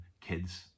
kids